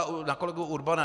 A na kolegu Urbana.